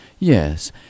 Yes